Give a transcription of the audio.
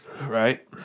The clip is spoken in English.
Right